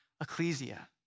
ecclesia